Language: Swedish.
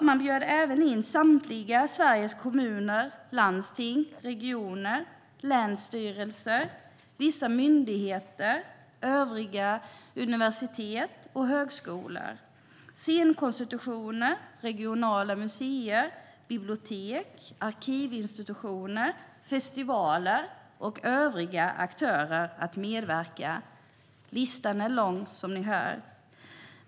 Man bjöd även in samtliga Sveriges kommuner, landsting, regioner, länsstyrelser, vissa myndigheter, övriga universitet och högskolor, scenkonstinstitutioner, regionala museer, bibliotek, arkivinstitutioner, festivaler och övriga aktörer att medverka. Listan är, som ni hör, lång.